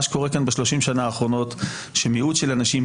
מה שקורה כאן ב-30 השנה האחרונות שמיעוט של אנשים,